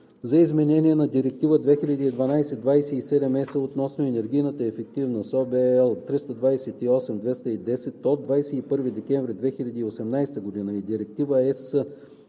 за изменение на Директива 2012/27/ЕС относно енергийната ефективност (OB, L 328/210 от 21 декември 2018 г.) и Директива